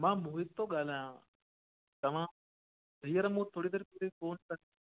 मां मोहित थो ॻाल्हायां तव्हां हींअर मूं वटि थोरी देरि पहिरियों फ़ोन कयो